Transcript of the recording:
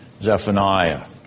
Zephaniah